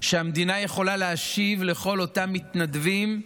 שהמדינה יכולה להשיב לכל אותם מתנדבים,